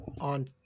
on